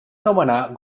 nomenar